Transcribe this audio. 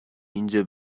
اینجا